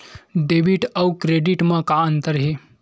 Debit अउ credit म का अंतर हे?